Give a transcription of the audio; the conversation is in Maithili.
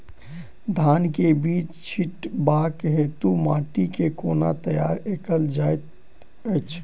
धान केँ बीज छिटबाक हेतु माटि केँ कोना तैयार कएल जाइत अछि?